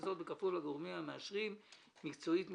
וזאת בכפוף לגורמים המאשרים מקצועית ומשפטית.